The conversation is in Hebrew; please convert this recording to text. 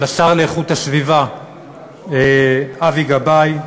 לשר להגנת הסביבה אבי גבאי,